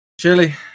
Chili